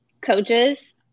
coaches